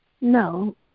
No